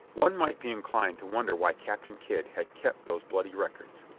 one might be inclined to wonder why captain kidd had kept those bloody records.